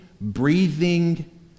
breathing